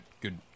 Good